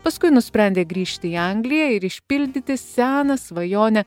paskui nusprendė grįžti į angliją ir išpildyti seną svajonę